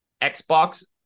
Xbox